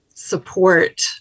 support